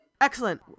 excellent